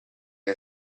che